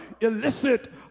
illicit